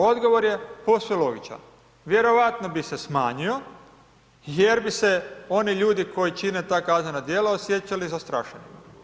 Odgovor je posve logičan, vjerojatno bi se smanjio jer bi se oni ljudi koji čine ta kaznena djela osjećali zastrašenim.